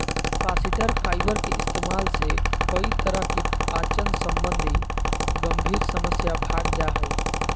फास्इटर फाइबर के इस्तेमाल से कई तरह की पाचन संबंधी गंभीर समस्या भाग जा हइ